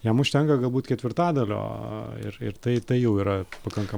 jam užtenka galbūt ketvirtadalio ir ir tai tai jau yra pakankam